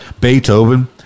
Beethoven